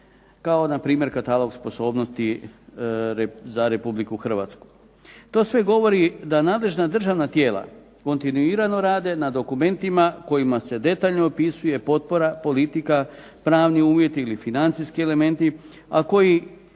kao npr. katalog sposobnosti za Republiku Hrvatsku. To sve govori da nadležna državna tijela kontinuirano rade na dokumentima kojima se detaljno opisuje potpora, politika, pravni uvjeti ili financijski elementi, a koji